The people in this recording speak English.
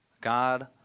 God